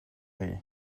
chi